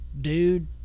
dude